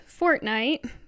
Fortnite